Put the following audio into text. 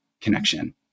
connection